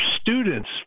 students